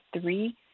three